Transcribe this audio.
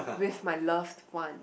with my loved one